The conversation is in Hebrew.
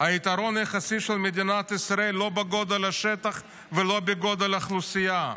היתרון היחסי של מדינת ישראל הוא לא בגודל השטח ולא בגודל האוכלוסייה.